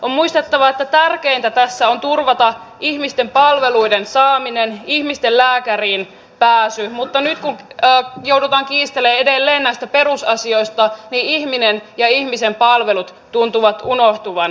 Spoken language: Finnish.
on muistettava että tärkeintä tässä on turvata ihmisille palveluiden saaminen lääkäriin pääsy mutta nyt kun joudutaan kiistelemään edelleen näistä perusasioista ihminen ja ihmisen palvelut tuntuvat unohtuvan